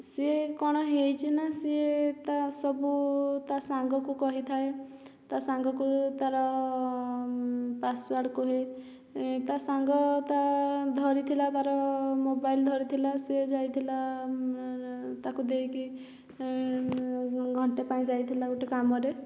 ସିଏ କ'ଣ ହେଇଛି ନା ସିଏ ତା ସବୁ ତା ସାଙ୍ଗକୁ କହିଥାଏ ତା ସାଙ୍ଗକୁ ତାର ପାସୱାର୍ଡ଼ କୁହେ ତା ସାଙ୍ଗ ତା ଧରିଥିଲା ତାର ମୋବାଇଲ ଧରିଥିଲା ସିଏ ଯାଇଥିଲା ତାକୁ ଦେଇକି ଘଣ୍ଟେ ପାଇଁ ଯାଇଥିଲା ଗୋଟେ କାମରେ